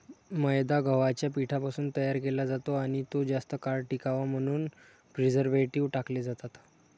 मैदा गव्हाच्या पिठापासून तयार केला जातो आणि तो जास्त काळ टिकावा म्हणून प्रिझर्व्हेटिव्ह टाकले जातात